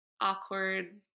awkward